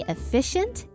Efficient